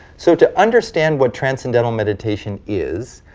so to understand what transcendental meditation is,